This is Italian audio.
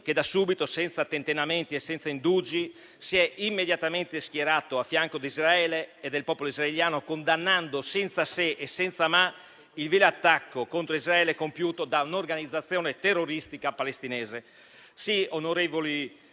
che da subito, senza tentennamenti e senza indugi, si è immediatamente schierato a fianco di Israele e del popolo israeliano, condannando senza se e senza ma il vile attacco contro Israele compiuto da un'organizzazione terroristica palestinese.